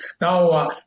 now